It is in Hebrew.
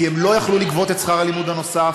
כי הם לא יכלו לגבות את שכר הלימוד הנוסף,